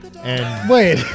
Wait